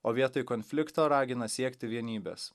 o vietoj konflikto ragina siekti vienybės